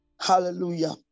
Hallelujah